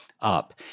up